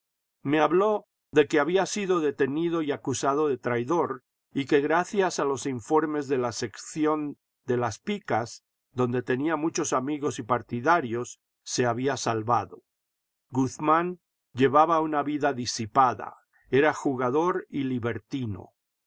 me habló de que había sido detenido y acusado de traidor y que gracias a los informes de la sección de las picas donde tenía muchos amigos y partidarios se había salvado guzmán llevaba una vida disipada era jugador y libertino